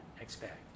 expect